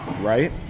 right